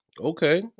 Okay